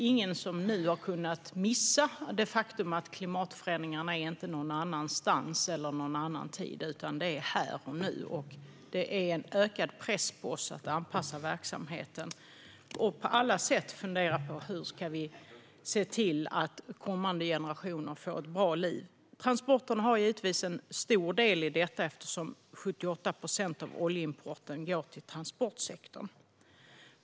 Ingen har kunnat missa det faktum att klimatförändringarna inte finns någon annanstans eller i någon annan tid utan här och nu. Det innebär en ökad press på oss att anpassa verksamheten och på alla sätt fundera på hur vi ska se till att kommande generationer får ett bra liv. Transporter har givetvis en stor del i detta eftersom 78 procent av oljeimporten går till transportsektorn.